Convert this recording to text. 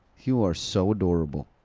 you are so adorable.